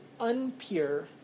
unpure